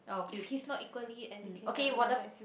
if he's not equally educated level as you